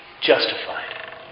justified